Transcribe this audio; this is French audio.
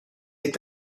est